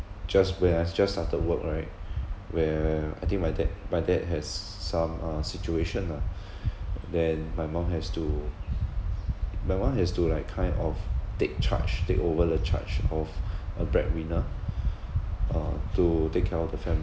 just when I've just started work right where I think my dad my dad has s~ some uh situation lah then my mum has to my mum has to like kind of take charge take over the charge of a breadwinner uh to take care of the family